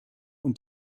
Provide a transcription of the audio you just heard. und